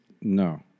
No